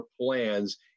plans